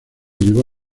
llevó